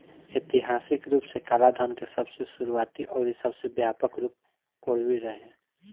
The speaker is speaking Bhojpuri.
ऐतिहासिक रूप से कालाधान के सबसे शुरुआती अउरी सबसे व्यापक रूप कोरवी रहे